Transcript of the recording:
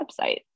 website